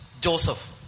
Joseph